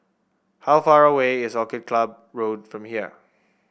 how far away is Orchid Club Road from here